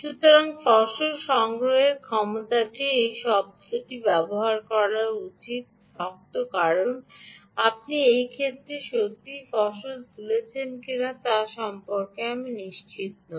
সুতরাং ফসল সংগ্রহের ক্ষমতাটি এই শব্দটি ব্যবহার করা শক্ত কারণ আপনি এই ক্ষেত্রে সত্যই ফসল তুলছেন কিনা তা সম্পর্কে আমি নিশ্চিত নই